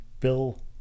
Bill